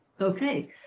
Okay